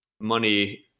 money